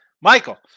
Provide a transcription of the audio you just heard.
Michael